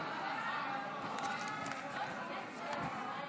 לשמור על השקט.